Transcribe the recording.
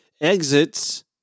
exits